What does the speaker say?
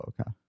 okay